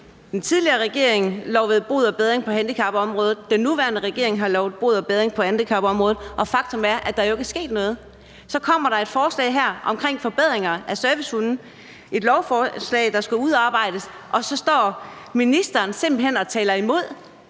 Den tidligere regering lovede bod og bedring på handicapområdet, den nuværende regering har lovet bod og bedring på handicapområdet, og faktum er, at der jo ikke er sket noget. Så kommer der et forslag her omkring forbedringer af reglerne om servicehunde, og at et lovforslag skal udarbejdes, og så står ministeren simpelt hen og taler imod